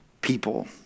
people